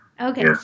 okay